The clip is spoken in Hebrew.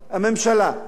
זה נושא כל כך חשוב?